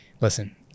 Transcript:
Listen